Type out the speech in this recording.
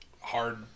hard